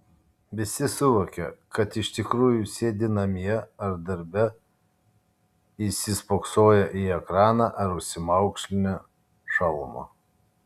visi suvokia kad iš tikrųjų sėdi namie ar darbe įsispoksoję į ekraną ar užsimaukšlinę šalmą